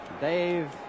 Dave